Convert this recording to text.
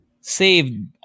saved